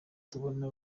tubona